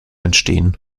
entstehen